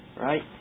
right